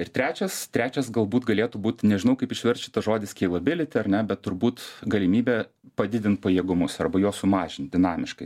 ir trečias trečias galbūt galėtų būt nežinau kaip išverst šitą žodį skeilebiliti ar ne bet turbūt galimybę padidint pajėgumus arba juos sumažint dinamiškai